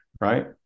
right